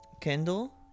Kendall